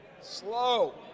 Slow